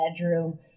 bedroom